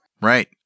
Right